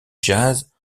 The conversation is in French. jazz